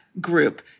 group